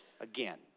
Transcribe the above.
again